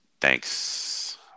thanks